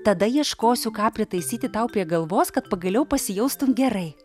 tada ieškosiu ką pritaisyti tau prie galvos kad pagaliau pasijaustum gerai